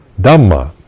Dhamma